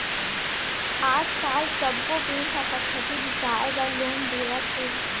आजकाल सब्बो बेंक ह फटफटी बिसाए बर लोन देवत हे